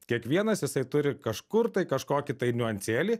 kiekvienas jisai turi kažkur tai kažkokį tai niuansėlį